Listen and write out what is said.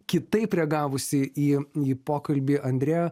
kitaip reagavusį į į pokalbį andreja